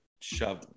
shove